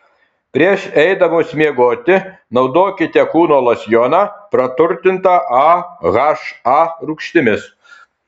prieš eidamos miegoti naudokite kūno losjoną praturtintą aha rūgštimis